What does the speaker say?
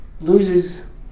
loses